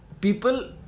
People